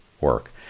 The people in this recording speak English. work